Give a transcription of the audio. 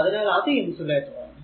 അതിനാൽ അത് ഇൻസുലേറ്റർ ആണ്